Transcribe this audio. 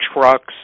trucks